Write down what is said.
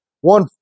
one